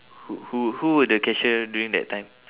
who who who were the cashier during that time